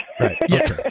right